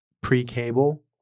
pre-cable